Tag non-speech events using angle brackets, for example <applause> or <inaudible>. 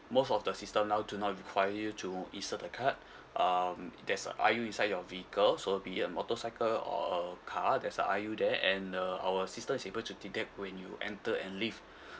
most of the system now do not require you to insert the card <breath> um there's a are you inside your vehicle so be it a motorcycle or a car there's a I_U there and uh our system is able to detect when you enter and leave <breath>